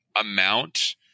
amount